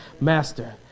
Master